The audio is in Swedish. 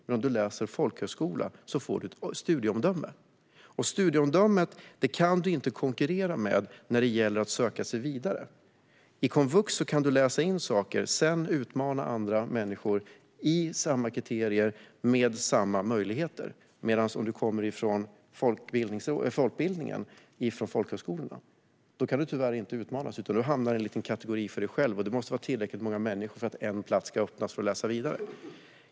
Men om man läser på folkhögskola får man ett studieomdöme, och studieomdömet kan man inte konkurrera med när det gäller att söka sig vidare. På komvux kan man läsa in saker och sedan utmana andra människor när det gäller samma kriterier med samma möjligheter. Men om man kommer från folkhögskolan kan man tyvärr inte utmanas utan hamnar i en liten kategori för sig själv, och det måste vara tillräckligt många människor för att en plats ska öppnas för att det ska vara möjligt att läsa vidare.